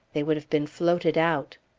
they would have been floated out